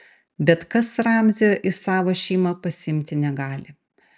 bet kas ramzio į savo šeimą pasiimti negali